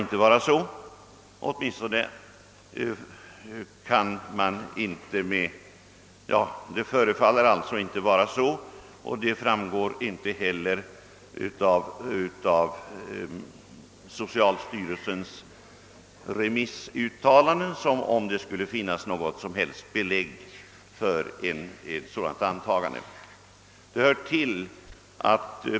Av socialstyrelsens remissuttalande framgår i varje fall inte att det finns något som helst belägg för ett sådant antagande.